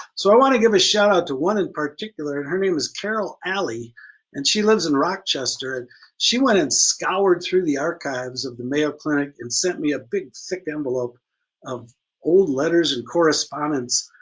so i want to give a shout out to one in particular, and her name was carol ali and she lives in rochester and she went in and scoured through the archives of the mayo clinic and sent me a big thick envelope of old letters and correspondence.